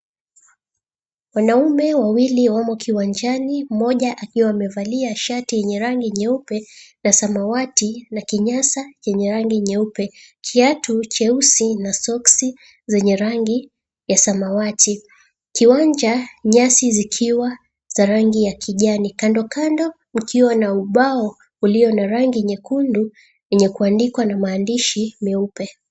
Wanaume wawili wamo kiwanjani, mmoja akiwa amevalia shati yenye rangi nyeupe na samawati, na kinyasa chenye rangi nyeupe, kiatu cheusi na soksi zenye rangi ya samawati Kiwanja nyasi zikiwa za rangi ya kijani. Kando kando ukiwa na ubao ulio na rangi nyekundu yenye kuandikwa na maandishi meupe.